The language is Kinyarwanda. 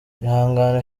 ihangane